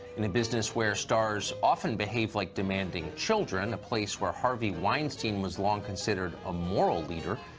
in a business where stars often behave like demanding children, a place where harvey weinstein was long considered a moral leader,